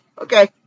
Okay